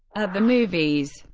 at the movies.